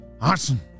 Awesome